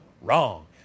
wrong